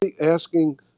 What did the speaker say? asking